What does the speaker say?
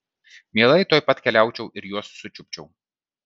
mielai tuoj pat keliaučiau ir juos sučiupčiau